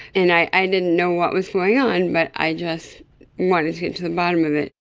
and i didn't know what was going on but i just wanted to get to the bottom of it.